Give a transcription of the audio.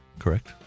correct